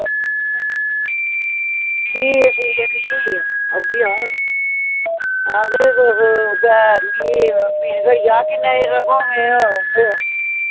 ठीक ऐ ठीक ऐ फ्ही औगी अ'ऊं हां ते तुस उ'यै मी पीड़ घटी जाह्ग किन्ना चिर लग्गग में उत्थे